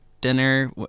dinner